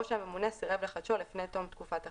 או שהממונה סירב לחדשו, לפני תום תקופת החידוש.